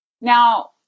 Now